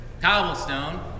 cobblestone